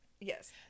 yes